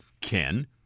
Ken